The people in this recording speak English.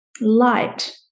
light